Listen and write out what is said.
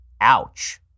Ouch